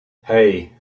hey